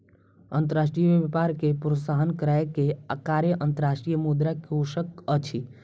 अंतर्राष्ट्रीय व्यापार के प्रोत्साहन करै के कार्य अंतर्राष्ट्रीय मुद्रा कोशक अछि